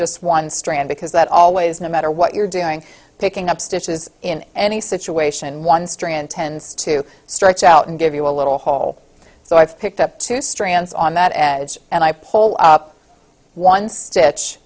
just one strand because that always no matter what you're doing picking up stitches in any situation one strand tends to stretch out and give you a little hole so i picked up two strands on that edge and i pull up one stitch